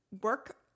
work